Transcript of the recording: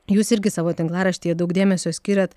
jūs irgi savo tinklaraštyje daug dėmesio skiriat